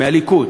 מהליכוד